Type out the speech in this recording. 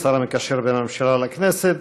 השר המקשר בין הממשלה לכנסת.